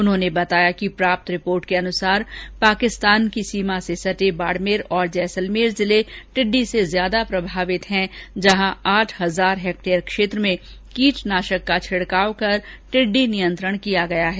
उन्होंने बताया कि प्राप्त रिपोर्ट के अनुसार पाकिस्तान की सीमा से सटे बाड़मेर और जैसलमेर जिले टिड़डी से ज्यादा प्रभावित है जहां आठ हजार हेक्टेयर क्षेत्र में कीटनाशक का छिड़काव कर टिड्डी नियंत्रण किया गया है